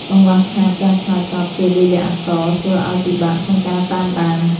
កង្វះខាតការឆ្លើយតបជាលាយលក្ខណ៍អក្សរ ធ្វើឱ្យពិបាកក្នុងការតាមដាន។